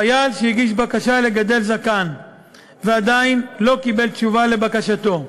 חייל שהגיש בקשה לגדל זקן ועדיין לא קיבל תשובה לבקשתו,